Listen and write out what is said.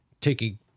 taking